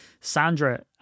Sandra